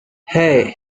hey